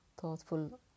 thoughtful